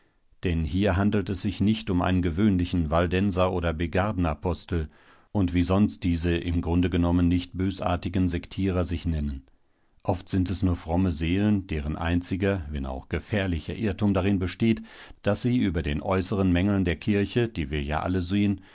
denn hier handelt es sich nicht um einen gewöhnlichen waldenser oder begardenapostel und wie sonst diese im grunde genommen nicht bösartigen sektierer sich nennen oft sind es nur fromme seelen deren einziger wenn auch gefährlicher irrtum darin besteht daß sie über den äußeren mängeln der kirche die wir ja alle sehen